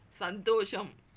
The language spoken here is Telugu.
సంతోషం